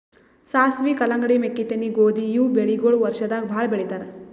ಸಾಸ್ವಿ, ಕಲ್ಲಂಗಡಿ, ಮೆಕ್ಕಿತೆನಿ, ಗೋಧಿ ಇವ್ ಬೆಳಿಗೊಳ್ ವರ್ಷದಾಗ್ ಭಾಳ್ ಬೆಳಿತಾರ್